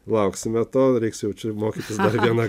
lauksime tol reiks jau čia mokytis viena